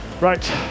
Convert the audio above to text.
Right